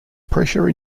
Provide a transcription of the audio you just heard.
pressure